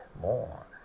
more